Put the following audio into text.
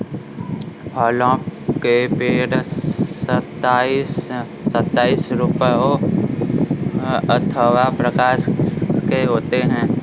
फलों के पेड़ सताइस रूपों अथवा प्रकार के होते हैं